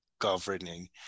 governing